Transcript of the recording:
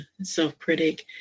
self-critic